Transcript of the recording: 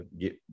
get